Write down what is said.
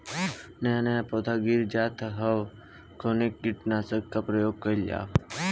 नया नया पौधा गिर जात हव कवने कीट नाशक क प्रयोग कइल जाव?